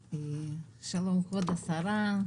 בבקשה.